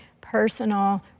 personal